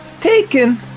Taken